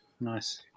Nice